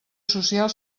social